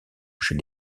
chez